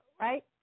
right